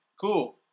cool